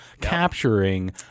capturing